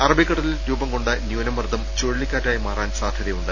അറബിക്കടലിൽ രൂപം കൊണ്ട ന്യൂനമർദ്ദം ചുഴലിക്കാ റ്റായി മാറാൻ സാധ്യതയുണ്ട്